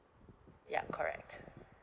yup correct